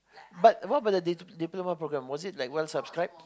but what about the di~ diploma program was it like well subscribed